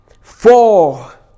four